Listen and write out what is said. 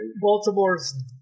Baltimore's